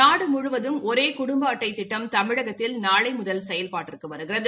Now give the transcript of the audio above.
நாடு முழுவதும் ஒரே குடும்ப அட்டை திட்டம் தமிழகத்தில் நாளை முதல் செயல்பாட்டிற்கு வருகிறது